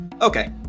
okay